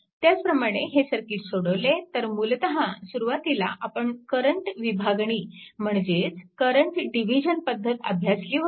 त्याचप्रमाणे हे सर्किट सोडवले तर मूलतः सुरुवातीला आपण करंट विभागणी म्हणजेच करंट डिव्हिजन पद्धत अभ्यासली होती